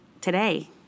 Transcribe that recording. today